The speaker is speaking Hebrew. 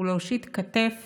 ולהושיט כתף